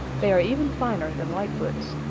they are even finer than lightfoot's.